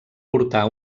portar